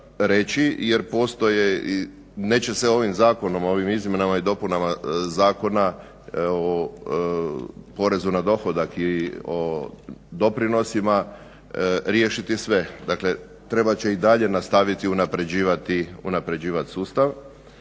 zakonom, ovim izmjenama i dopunama Zakona o porezu na dohodak i o doprinosima riješiti sve. Dakle, trebat će i dalje nastaviti unapređivati sustav.